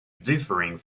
differing